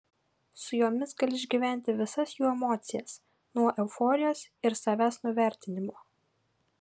su jomis gali išgyventi visas jų emocijas nuo euforijos ir savęs nuvertinimo